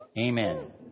Amen